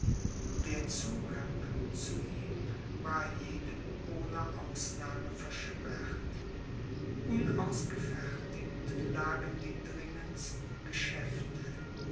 der zugang zu ihm war jedem ohne ausnahme versperrt unausgefertigt lagen die dringendsten geschäfte